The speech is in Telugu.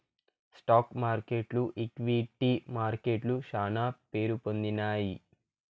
స్టాక్ మార్కెట్లు ఈక్విటీ మార్కెట్లు శానా పేరుపొందినాయి